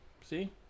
See